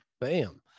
Bam